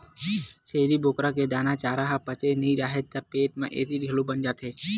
छेरी बोकरा के दाना, चारा ह पचे नइ राहय त पेट म एसिड घलो बन जाथे